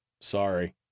Sorry